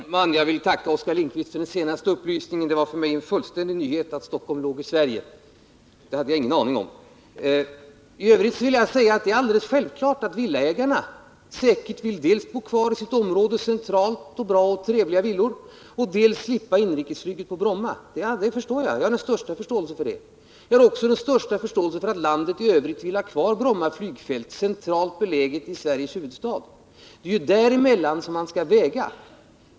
Herr talman! Jag vill tacka Oskar Lindkvist för den senaste upplysningen. Det var för mig en fullständig nyhet att Stockholm ligger i Sverige — det hade jag ingen aning om. I övrigt vill jag säga att det är alldeles självklart att villaägarna dels vill bo kvar i sitt område och i sina fina och centralt belägna villor, dels vill slippa inrikesflyget på Bromma. Det har jag den största förståelse för. Jag har också den största förståelse för att landet i övrigt vill ha kvar Bromma flygfält, centralt beläget i Sveriges huvudstad. Det är mellan dessa önskemål man” skall väga.